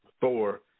Thor